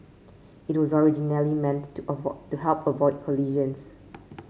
it was originally meant to to help avoid collisions